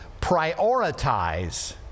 prioritize